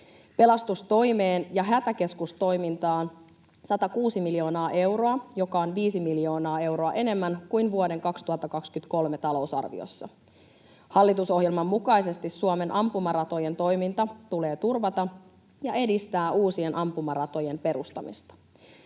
Pelastustoimeen ja hätäkeskustoimintaan 106 miljoonaa euroa, joka on viisi miljoonaa euroa enemmän kuin vuoden 2023 talousarviossa. Hallitusohjelman mukaisesti Suomen ampumaratojen toiminta tulee turvata ja edistää uusien ampumaratojen perustamista.